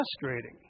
frustrating